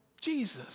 Jesus